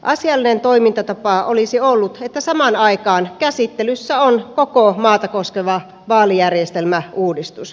asiallinen toimintatapa olisi ollut että samaan aikaan käsittelyssä on koko maata koskeva vaalijärjestelmäuudistus